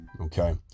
Okay